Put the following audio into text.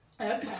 Okay